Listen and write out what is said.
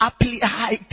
applied